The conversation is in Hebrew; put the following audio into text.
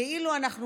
כאילו אנחנו באיזה,